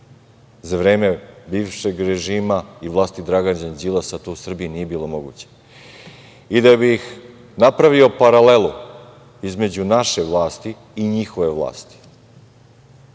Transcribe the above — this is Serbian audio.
Za vreme bivšeg režima i vlasti Dragana Đilasa to u Srbiji nije bilo moguće. Da bih napravio paralelu između naše vlasti i njihove vlasti